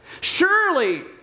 Surely